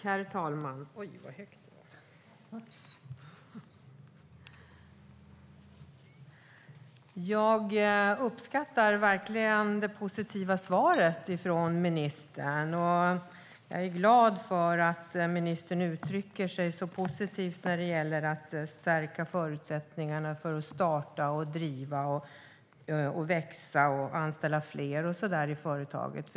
Herr talman! Jag uppskattar verkligen det positiva svaret från ministern. Jag är glad över att ministern uttrycker sig så positivt när det gäller att stärka förutsättningarna för att starta och driva företag och för att anställa fler i företaget.